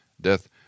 death